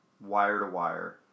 wire-to-wire